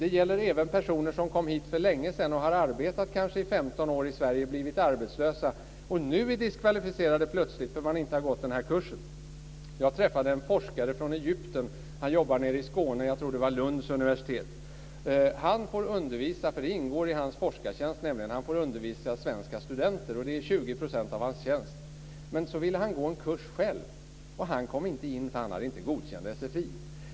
Det gäller även personer som kom hit för länge sedan och har arbetat 15 år i Sverige och blivit arbetslösa och nu plötsligt blir diskvalificerade bara för att de inte har gått kursen. Jag träffade en forskare från Egypten som jobbade nere i Skåne. Jag tror att det var på Lunds universitet. Han får undervisa. Det ingår i hans forskartjänst. Han får undervisa svenska studenter, och det är 20 % av hans tjänst. Så ville ha gå en kurs själv, men han kom inte in för han hade inte godkänd sfi.